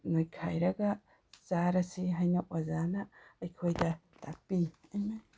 ꯅꯣꯏꯈꯥꯏꯔꯒ ꯆꯥꯔꯁꯤ ꯍꯥꯏꯅ ꯑꯣꯖꯥꯅ ꯑꯩꯈꯣꯏꯗ ꯇꯥꯛꯄꯤ